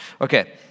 Okay